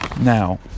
Now